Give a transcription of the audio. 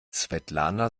svetlana